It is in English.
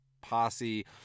Posse